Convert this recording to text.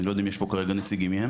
אני לא יודע אם יש כרגע נציגים שלהם.